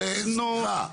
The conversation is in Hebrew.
סליחה.